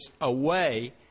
away